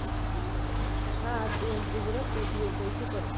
खाद व उर्वरक के उपयोग कईसे करी?